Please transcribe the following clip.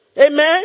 Amen